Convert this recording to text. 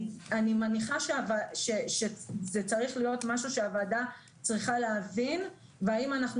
אני מניחה שזה צריך להיות משהו שהוועדה צריכה להבין והאם אנחנו